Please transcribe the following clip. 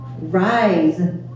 rise